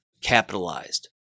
capitalized